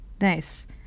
Nice